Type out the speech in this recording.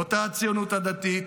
לא את הציונות הדתית,